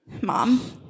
mom